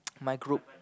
my group